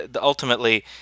Ultimately